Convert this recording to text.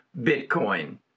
Bitcoin